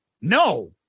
No